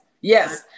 yes